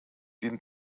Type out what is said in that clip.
den